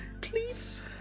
Please